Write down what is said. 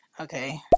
Okay